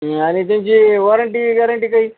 आणि त्यांची warranty guarantee काही